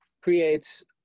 creates